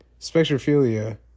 spectrophilia